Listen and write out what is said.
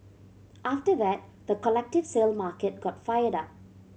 after that the collective sale market got fired up